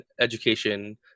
education